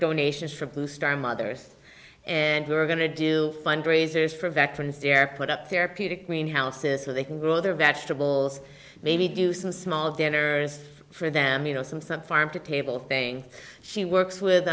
donations for blue star mothers and we were going to do fundraisers for veterans there put up therapeutic greenhouses so they can grow their vegetables maybe do some small dinner for them you know some some farm to table thing she works with